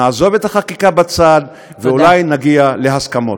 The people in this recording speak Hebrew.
נעזוב את החקיקה בצד, ואולי נגיע להסכמות.